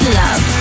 love